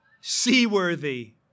seaworthy